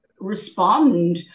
respond